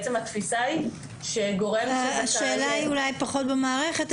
התפיסה היא שגורם שזכאי --- השאלה היא אולי פחות במערכת,